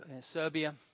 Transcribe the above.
serbia